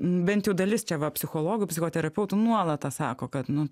bent jau dalis čia va psichologų psichoterapeutų nuolat sako kad nu